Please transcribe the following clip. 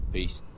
Peace